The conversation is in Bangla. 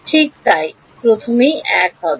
ঠিক তাই প্রথম এক হবে